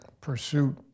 pursuit